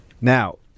Now